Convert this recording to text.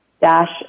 dash